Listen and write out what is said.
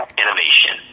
innovation